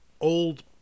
old